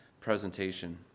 presentation